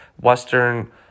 Western